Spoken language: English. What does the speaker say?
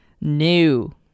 New